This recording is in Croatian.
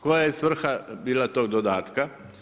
Koja je svrha bila tog dodatka?